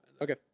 Okay